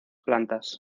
plantas